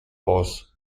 aus